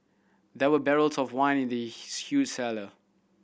there were barrels of wine in the huge cellar